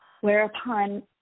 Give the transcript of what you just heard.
whereupon